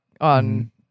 on